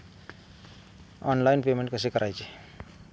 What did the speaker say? Online payment कसे करायचे?